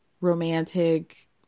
romantic